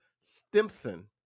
Stimson